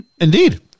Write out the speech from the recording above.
Indeed